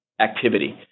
activity